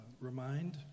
remind